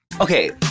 Okay